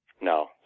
No